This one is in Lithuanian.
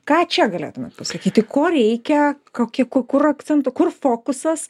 ką čia galėtumėt pasakyti ko reikia kokį ku kur akcentų kur fokusas